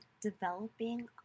developing